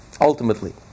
ultimately